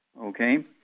Okay